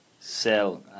sell